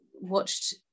watched